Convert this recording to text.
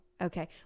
Okay